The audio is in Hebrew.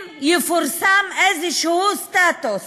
אם יפורסם איזשהו סטטוס